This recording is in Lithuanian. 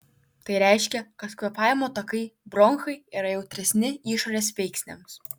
tai reiškia kad kvėpavimo takai bronchai yra jautresni išorės veiksniams